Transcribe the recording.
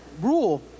rule